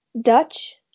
dutch